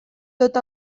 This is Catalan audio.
tot